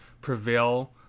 prevail